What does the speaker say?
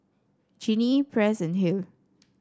Genie Press and Hale